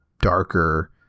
darker